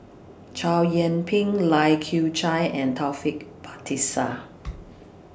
Chow Yian Ping Lai Kew Chai and Taufik Batisah